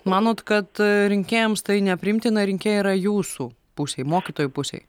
manot kad rinkėjams tai nepriimtina rinkėjai yra jūsų pusėj mokytojų pusėj